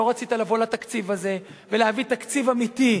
לא רצית לבוא לתקציב הזה ולהביא תקציב אמיתי,